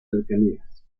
cercanías